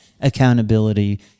accountability